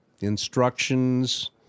instructions